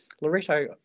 Loretto